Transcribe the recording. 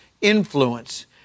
influence